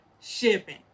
shipping